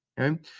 Okay